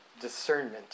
discernment